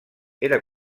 era